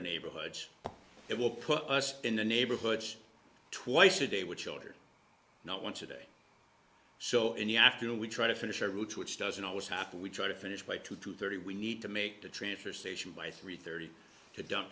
in neighborhoods it will put us in the neighborhood twice a day with children not once a day so in the afternoon we try to finish our route which doesn't always happen we try to finish by two two thirty we need to make the transfer station by three thirty to dump